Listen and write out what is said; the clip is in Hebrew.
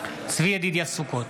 צבי ידידיה סוכות,